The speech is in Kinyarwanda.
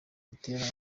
gitera